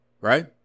Right